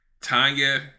Tanya